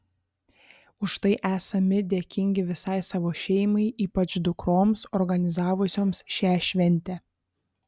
už tai esami dėkingi visai savo šeimai ypač dukroms organizavusioms šią šventę